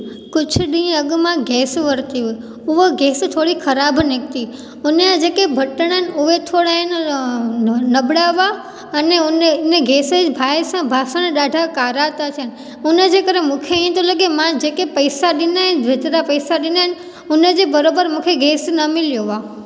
कुझु ॾींहं अॻु मां गैस वरिती हुई उहा गैस थोरी ख़राबु निकिती उनजा जेके बटण आहिनि उहे थोरा न न न बढ़िया हुआ अने उने इन गैस बाहि सां बासण ॾाढा कारा था थियनि उनजे करे मूंखे ईअं थो लॻे मां जेके पइसा ॾिना आहिनि एतिरा पैसा ॾिना आहिनि उनजे बराबरि मूंखे गैस न मिलियो आहे